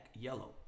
Yellow